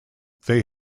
they